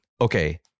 okay